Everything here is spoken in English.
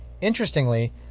Interestingly